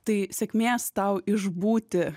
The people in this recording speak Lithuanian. tai sėkmės tau išbūti